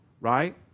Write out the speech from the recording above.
right